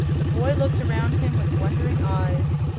the boy looked around him with wondering eyes.